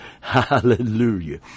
Hallelujah